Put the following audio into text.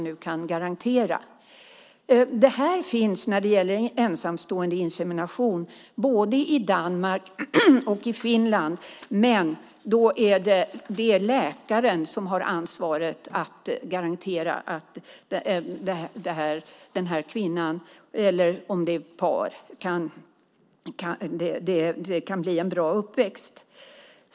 Detta finns när det gäller ensamståendeinsemination både i Danmark och i Finland, men det är då läkaren som har ansvaret att garantera att kvinnan eller paret kan ge barnet en bra uppväxt.